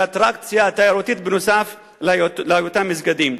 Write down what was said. לאטרקציה תיירותית נוסף על היותם מסגדים.